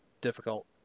difficult